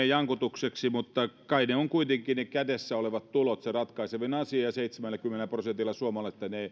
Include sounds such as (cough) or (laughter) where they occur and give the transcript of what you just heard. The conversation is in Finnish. (unintelligible) jankutukseksi mutta kai ne kädessä olevat tulot ovat kuitenkin se ratkaisevin asia ja seitsemälläkymmenellä prosentilla suomalaisista